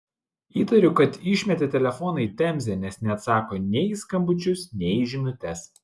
įtariu kad išmetė telefoną į temzę nes neatsako nei į skambučius nei į žinutes